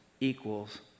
equals